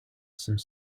some